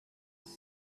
this